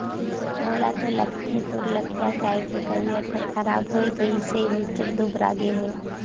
मोला तो लगथे तोर लखिया गाय के तबियत हर खराब होये गइसे निच्च्ट दुबरागे हे